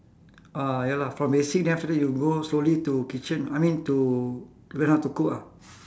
ah ya lah from basic then after that you go slowly to kitchen I mean to learn how to cook ah